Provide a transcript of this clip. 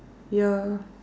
ya